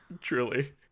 Truly